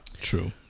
true